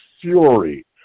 fury